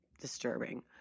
disturbing